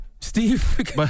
Steve